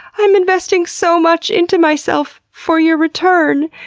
i'm investing so much into myself for your return!